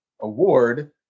award